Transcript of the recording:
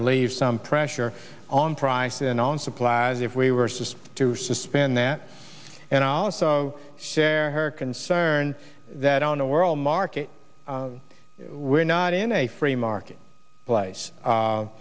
relieve some pressure on prices and on supplies if we were supposed to suspend that and also share her concern that on the world market we're not in a free market place